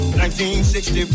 1960